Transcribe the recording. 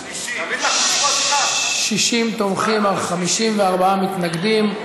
60 תומכים, 54 מתנגדים.